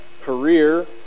career